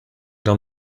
down